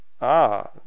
Ah